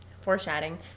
Foreshadowing